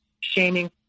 shaming